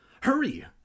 hurry